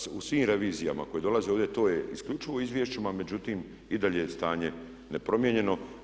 Da to u svim revizijama koje dolaze ovdje to je isključivo u izvješćima međutim i dalje je stanje nepromijenjeno.